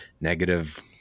negative